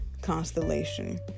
constellation